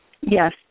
Yes